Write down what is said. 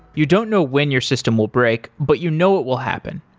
you don't know when your system will break, but you know it will happen.